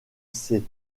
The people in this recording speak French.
sait